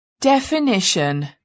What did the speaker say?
definition